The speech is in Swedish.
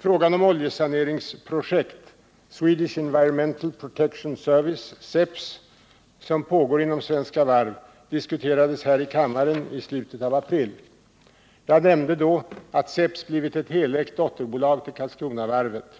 Frågan om det oljesaneringsprojekt — Swedish Environmental Protection Service —- som pågår inom Svenska Varv diskuterades här i kammaren i slutet av april. Jag nämnde då att SEPS blivit ett helägt dotterbolag till Karlskronavarvet AB.